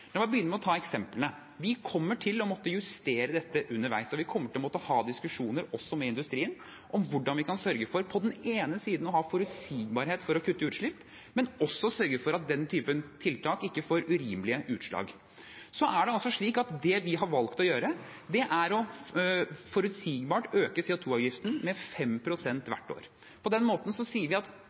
La meg begynne med eksemplene. Vi kommer til å måtte justere dette underveis, og vi kommer også til å måtte ha diskusjoner med industrien om hvordan vi på den ene siden kan sørge for å ha forutsigbarhet for å kutte utslipp og at denne typen tiltak ikke får urimelige utslag. Det vi har valgt å gjøre, er forutsigbart å øke CO2-avgiften med 5 pst. hvert år. På den måten sier vi at